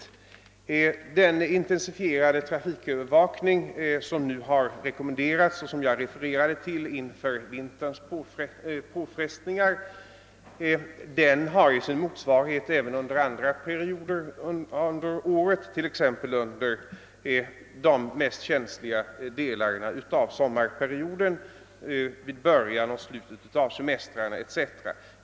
Den intensifierade trafikövervakning som jag refererade till och som nu har rekommenderats inför vinterns påfrestningar har sin motsvarighet även under andra perioder under året, t.ex. under de mest känsliga delarna av sommarperioden — t.ex. vid början och slutet av semestrarna — etc.